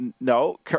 no